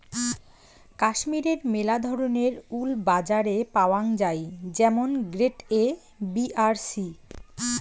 কাশ্মীরের মেলা ধরণের উল বাজারে পাওয়াঙ যাই যেমন গ্রেড এ, বি আর সি